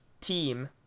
team